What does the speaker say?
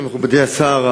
מכובדי השר,